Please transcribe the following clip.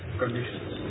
conditions